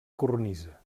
cornisa